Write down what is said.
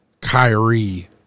Kyrie